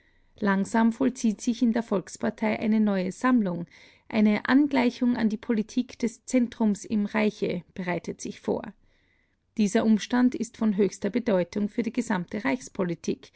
langsam vollzieht sich in der volkspartei eine neue sammlung eine angleichung an die politik des zentrums im reiche bereitet sich vor dieser umstand ist von höchster bedeutung für die gesamte